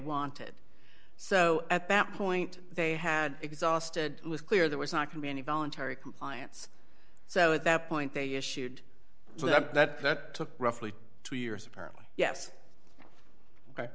wanted so at that point they had exhausted it was clear there was not could be any voluntary compliance so at that point they issued that that took roughly two years apparently yes